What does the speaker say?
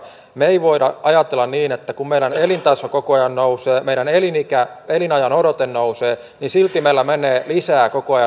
nuoria ei voida ajatella niin että kumeran elintason kokoinen nousee meidän pidä jättää syrjäytymään vaan heille pitää tarjota palveluita